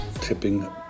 Tipping